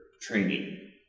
training